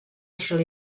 shall